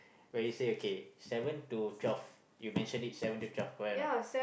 where you say okay seven to twelve you mention it seven to twelve correct or not